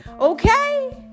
okay